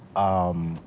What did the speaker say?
um.